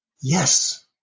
Yes